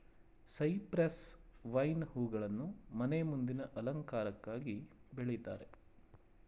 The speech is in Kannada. ಸೈಪ್ರೆಸ್ ವೈನ್ ಹೂಗಳನ್ನು ಮನೆ ಮುಂದಿನ ಅಲಂಕಾರಕ್ಕಾಗಿ ಬೆಳಿತಾರೆ